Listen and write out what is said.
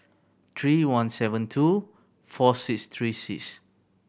three one seven two four six three six